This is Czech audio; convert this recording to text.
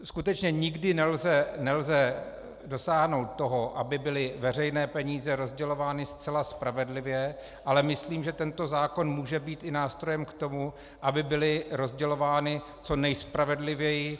Skutečně nikdy nelze dosáhnout toho, aby byly veřejné peníze rozdělovány zcela spravedlivě, ale myslím, že tento zákon může být i nástrojem k tomu, aby byly rozdělovány co nejspravedlivěji.